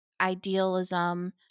idealism